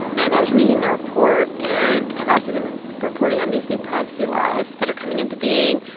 and i was reading the report, and i've also been reporting on these new privacy laws that are coming into being,